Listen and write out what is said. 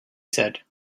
said